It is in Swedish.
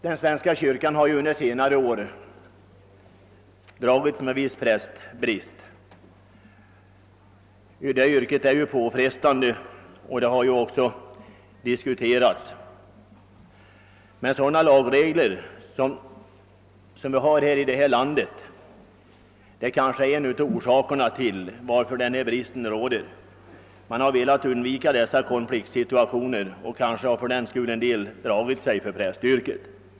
Den svenska kyrkan har ju under senare år dragits med viss prästbrist. Prästyrket är påfrestande; den saken har också diskuterats. Men de lagregler jag nu talar om är kanske en av orsakerna till att denna brist råder — man har velat undvika konfliktsituationer och fördenskull inte valt prästyrket.